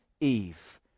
Eve